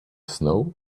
snow